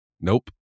Nope